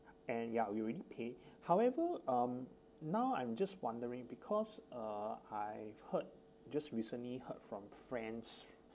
and ya we already paid however um now I'm just wondering because uh I've heard just recently heard from friends